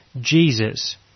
Jesus